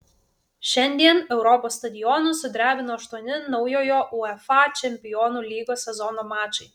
šiandien europos stadionus sudrebino aštuoni naujojo uefa čempionų lygos sezono mačai